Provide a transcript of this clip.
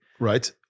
Right